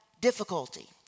difficulty